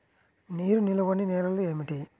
నీరు నిలువని నేలలు ఏమిటి?